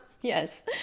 Yes